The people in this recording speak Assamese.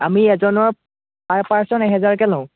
আমি এজনৰ পাৰ পাৰ্চন এহেজাৰকৈ লওঁ